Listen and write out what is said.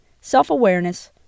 self-awareness